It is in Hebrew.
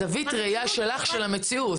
זווית הראייה שלך של המציאות.